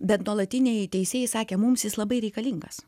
bet nuolatiniai teisėjai sakė mums jis labai reikalingas